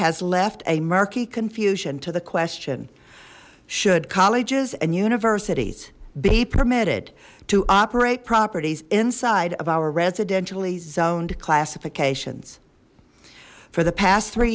has left a murky confusion to the question should colleges and universities be permitted to operate properties inside of our residentially zoned classifications for the past three